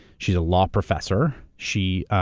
she's a law professor, she